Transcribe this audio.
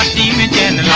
the mundane